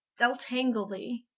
they'le tangle thee.